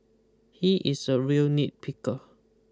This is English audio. he is a real nitpicker